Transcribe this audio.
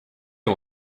you